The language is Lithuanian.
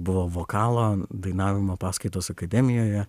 buvo vokalo dainavimo paskaitos akademijoje